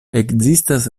ekzistas